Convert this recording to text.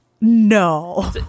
no